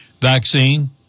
vaccine